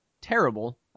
terrible